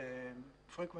frequency fees,